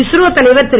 இஸ்ரோ தலைவர் திரு